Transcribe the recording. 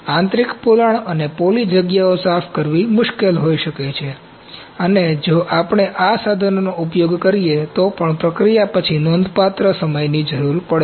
આંતરિક પોલાણ અને પોલી જગ્યાઓ સાફ કરવી મુશ્કેલ હોઈ શકે છે અને જો આપણે આ સાધનોનો ઉપયોગ કરીએ તો પણ પ્રક્રિયા પછી નોંધપાત્ર સમયની જરૂર પડી શકે છે